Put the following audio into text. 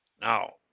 Now